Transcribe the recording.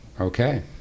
Okay